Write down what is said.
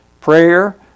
prayer